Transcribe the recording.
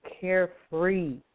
carefree